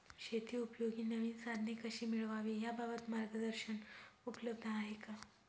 शेतीउपयोगी नवीन साधने कशी मिळवावी याबाबत मार्गदर्शन उपलब्ध आहे का?